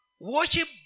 Worship